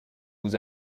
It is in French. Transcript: vous